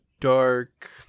dark